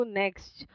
next